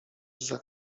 zza